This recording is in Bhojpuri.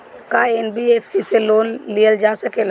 का एन.बी.एफ.सी से लोन लियल जा सकेला?